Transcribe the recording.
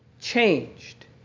changed